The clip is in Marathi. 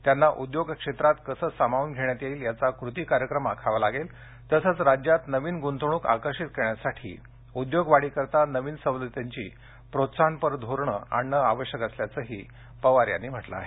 त्यांना उद्योग क्षेत्रात कसे सामावून घेण्यात येईल याचा कृती कार्यक्रम आखावा लागेल तसंच राज्यात नवीन गुंतवणूक आकर्षित करण्यासाठी उद्योग वाढीसाठी नवीन सवलतींची प्रोत्साहनपर धोरणं आणणं आवश्यक असल्याचही पवार यांनी म्हटलं आहे